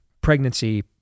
pregnancy